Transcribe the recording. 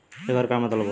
येकर का मतलब होला?